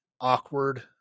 awkward